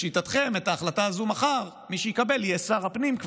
שלשיטתכם מי שיקבל את ההחלטה הזאת מחר יהיה כבר שר הפנים,